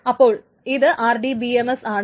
അപ്പോൾ ഇത് RDBMS ആണ്